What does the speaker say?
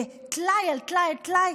בטלאי על טלאי על טלאי,